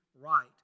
right